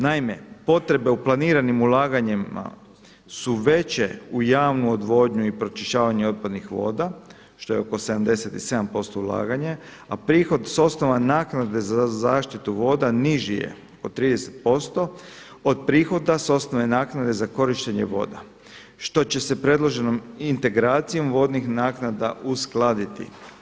Naime, potrebe u planiranim ulaganjima su veće u javnu odvodnju i pročišćavanje otpadnih voda, što je oko 77 posto ulaganje, a prihod s osnove naknade za zaštitu voda niži je od 30 posto od prihoda s osnove naknade za korištenje voda, što će se predloženom integracijom vodnih naknada uskladiti.